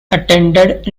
attended